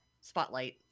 spotlight